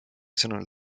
sõnul